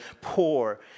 poor